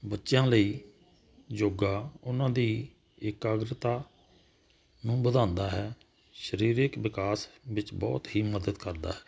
ਬੱਚਿਆਂ ਲਈ ਜੋਗਾ ਉਹਨਾਂ ਦੀ ਇਕਾਗਰਤਾ ਨੂੰ ਵਧਾਉਂਦਾ ਹੈ ਸਰੀਰਕ ਵਿਕਾਸ ਵਿੱਚ ਬਹੁਤ ਹੀ ਮਦਦ ਕਰਦਾ ਹੈ